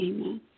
Amen